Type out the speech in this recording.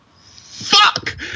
fuck